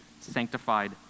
sanctified